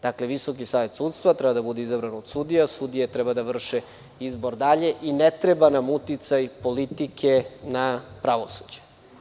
Dakle, Visoki savet sudstva treba da bude izabran od sudija, sudije treba da vrše izbor dalje i ne treba nam uticaj politike na pravosuđe.